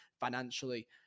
financially